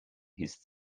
his